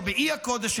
או באי-קודש,